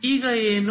ಈಗ ಏನು